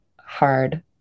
hard